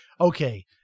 okay